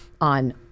on